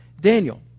Daniel